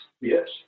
Yes